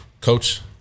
coach